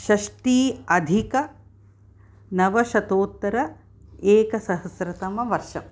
षष्टी अधिकनवशतोत्तर एकसहस्रतमवर्षम्